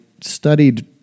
studied